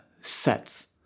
sets